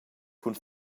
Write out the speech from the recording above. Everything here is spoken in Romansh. cun